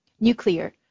Nuclear